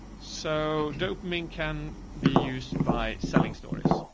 so dope mean can be used by selling stories